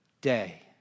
day